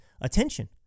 attention